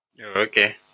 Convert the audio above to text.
Okay